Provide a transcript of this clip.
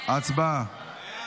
המדינה (הוראת